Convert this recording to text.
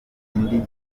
indi